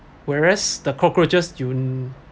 whereas the cockroaches you